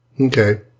okay